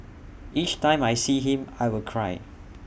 each time I see him I will cry